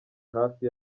hafi